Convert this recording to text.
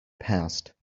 past